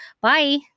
Bye